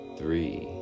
three